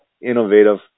innovative